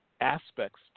aspects